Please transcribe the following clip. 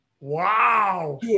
Wow